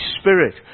Spirit